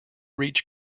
reach